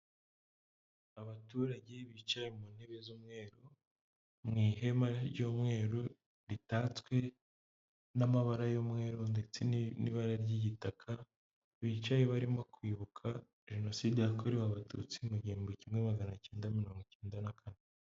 Abaturage bicaye mu ntebe z'umweru mu ihema ry'umweru ritatswe n'amabara y'umweru ndetse n'ibara ry'igitaka, bicaye barimo kwibuka Jenoside yakorewe abatutsi mu gihumbi kimwe magana cyenda mirongo icyenda na kane.